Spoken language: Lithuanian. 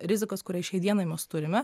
rizikas kuriai šiai dienai mes turime